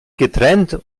getrennt